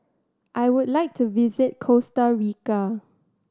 I would like to visit Costa Rica